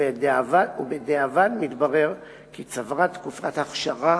ובדיעבד מתברר כי צברה תקופת אכשרה